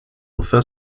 enfin